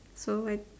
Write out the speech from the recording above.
so where